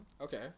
Okay